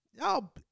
Y'all